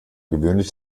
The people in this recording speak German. gewöhnlich